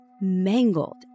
mangled